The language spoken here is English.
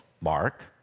Mark